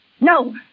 No